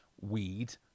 weed